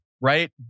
right